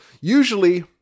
usually